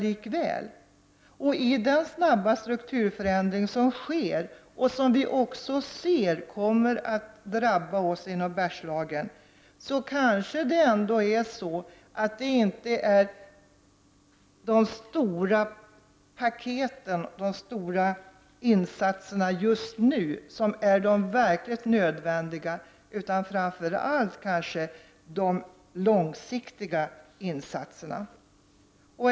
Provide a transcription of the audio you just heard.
I den snabba strukturförändring som sker — och som vi också ser kommer att drabba oss inom Bergslagen — kanske det ändå inte är de stora paketen och de stora insatserna som just nu är mest nödvändiga, utan de långsiktiga insatserna.